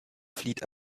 flieht